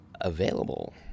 available